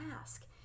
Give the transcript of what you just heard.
ask